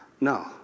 no